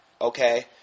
okay